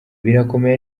birakomeye